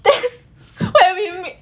then what you want me